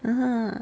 ah